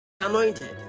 anointed